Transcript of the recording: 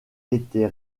était